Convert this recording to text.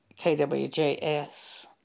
KWJS